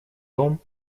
том